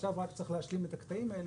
עכשיו רק צריך להשלים את הקטעים האלה,